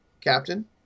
captain